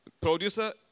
Producer